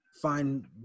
Find